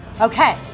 Okay